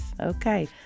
okay